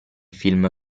film